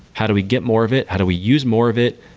how do we get more of it? how do we use more of it?